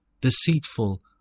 deceitful